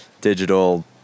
digital